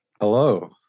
Hello